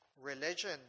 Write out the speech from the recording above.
Religion